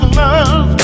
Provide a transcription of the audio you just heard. love